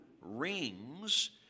rings